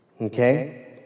Okay